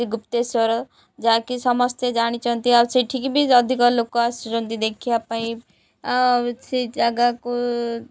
ଗୁପ୍ତେଶ୍ୱର ଯାହାକି ସମସ୍ତେ ଜାଣିଛନ୍ତି ଆଉ ସେଠିକି ବି ଅଧିକ ଲୋକ ଆସୁଛନ୍ତି ଦେଖିବା ପାଇଁ ଆଉ ସେ ଜାଗାକୁ